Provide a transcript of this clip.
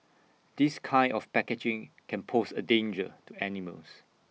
this kind of packaging can pose A danger to animals